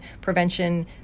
prevention